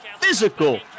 physical